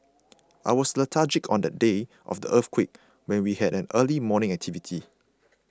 I was lethargic on the day of the earthquake when we had an early morning activity